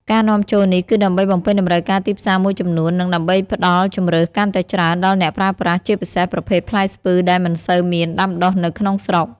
ការនាំចូលនេះគឺដើម្បីបំពេញតម្រូវការទីផ្សារមួយចំនួន និងដើម្បីផ្ដល់ជម្រើសកាន់តែច្រើនដល់អ្នកប្រើប្រាស់ ជាពិសេសប្រភេទផ្លែស្ពឺដែលមិនសូវមានដាំដុះនៅក្នុងស្រុក។